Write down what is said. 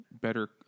better